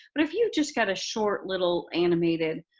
but if you've just got a short little animated